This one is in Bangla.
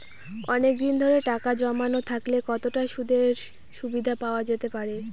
অনেকদিন ধরে টাকা জমানো থাকলে কতটা সুদের সুবিধে পাওয়া যেতে পারে?